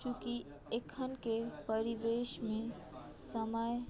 चुँकि एखनके परिवेशमे समय